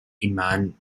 inman